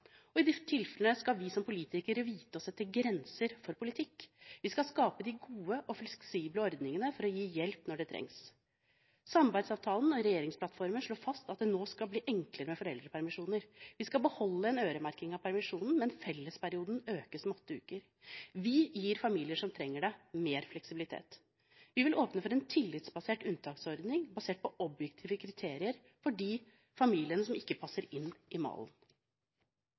og i de tilfellene skal vi som politikere vite å sette grenser for politikk. Vi skal skape de gode og fleksible ordningene for å gi hjelp når det trengs. Samarbeidsavtalen og regjeringsplattformen slår fast at det nå skal bli enklere med foreldrepermisjonen. Vi skal beholde en øremerking av permisjonen, men fellesperioden økes med åtte uker. Vi gir familier som trenger det, mer fleksibilitet. Vi vil åpne for en tillitsbasert unntaksordning basert på objektive kriterier for de familiene som ikke passer inn i malen.